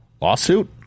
lawsuit